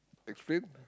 explain